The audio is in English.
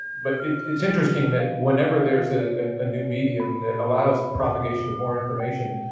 but it's interesting that whenever there's a new medium that allows the propagation of more information,